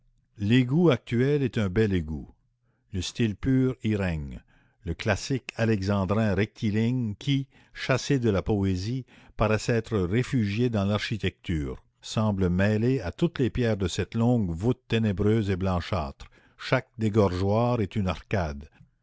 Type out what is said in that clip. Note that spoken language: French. l'égout actuel est un bel égout le style pur y règne le classique alexandrin rectiligne qui chassé de la poésie paraît s'être réfugié dans l'architecture semble mêlé à toutes les pierres de cette longue voûte ténébreuse et blanchâtre chaque dégorgeoir est une arcade